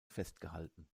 festgehalten